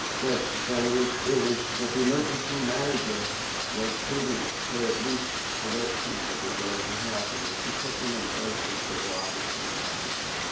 that that it was it was that the emergency manager was prudent to at least alert people that there was a hazard. and she put them in places that were obviously vulnerable.